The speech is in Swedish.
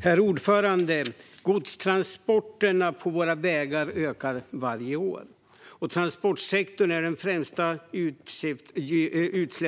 Herr talman! Godstransporterna på våra vägar ökar för varje år, och transportsektorn är den främsta